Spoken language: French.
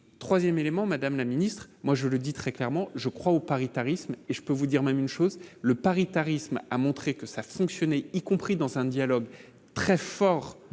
3ème élément, Madame la Ministre, moi je le dis très clairement, je crois au paritarisme et je peux vous dire même une chose : le paritarisme a montré que ça fonctionnait, y compris dans un dialogue très fort